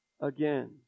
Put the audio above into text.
again